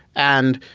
and,